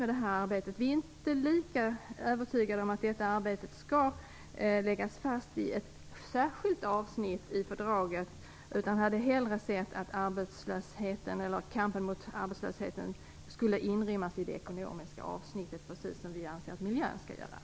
Vi är emellertid inte lika övertygade om att arbetet skall läggas fast i ett särskilt avsnitt i fördraget utan hade hellre sett att kampen mot arbetslösheten hade inrymts i det ekonomiska avsnittet, precis som vi anser när det gäller miljöfrågorna.